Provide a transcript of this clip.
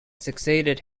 succeeded